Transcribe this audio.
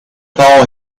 tall